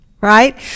right